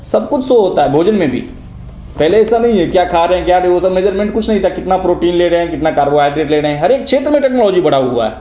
सब कुछ शो होता है भोजन में भी पहले ऐसा नहीं है क्या खा रहे हैं क्या नहीं उधर मजेर्मेंट कुछ नहीं था कितना प्रोटीन ले रहे है कितना कार्बोहाईड्रेड ले रहे हैं हर एक क्षेत्र में टेक्नोलॉजी बढ़ी हुई है